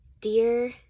dear